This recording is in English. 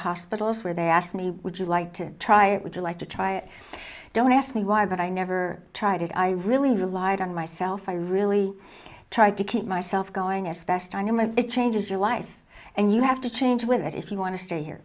hospitals where they asked me would you like to try it would you like to try it don't ask me why but i never tried it i really relied on myself i really tried to keep myself going especially when i'm a bit changes your life and you have to change with it if you want to stay here